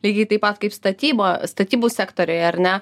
lygiai taip pat kaip statyba statybų sektoriuje ar ne